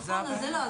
נכון, זה לא.